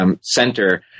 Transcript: Center